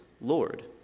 Lord